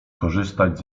korzystać